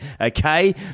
Okay